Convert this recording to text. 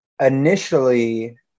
initially